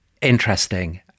interesting